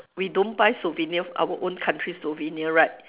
we don't buy souvenir our own country souvenir right